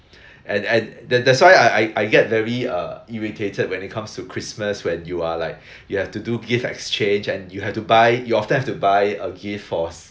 and and that that's why I I I get very uh irritated when it comes to christmas when you are like you have to do gift exchange and you have to buy you often have to buy a gift for s~